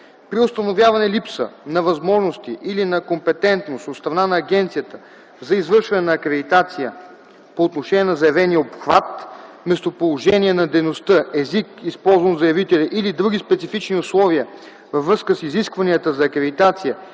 При установяване липса на възможности или на компетентност от страна на агенцията за извършване на акредитация по отношение на заявения обхват, местоположение на дейността, език, използван от заявителя, или други специфични условия във връзка с изискванията за акредитация